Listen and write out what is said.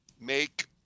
make